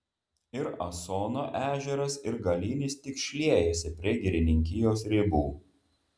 ir asono ežeras ir galinis tik šliejasi prie girininkijos ribų